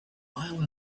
mile